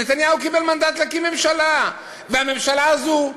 נתניהו קיבל מנדט להקים ממשלה, והממשלה הזו,